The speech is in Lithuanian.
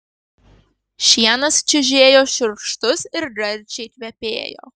šienas čiužėjo šiurkštus ir gardžiai kvepėjo